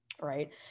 right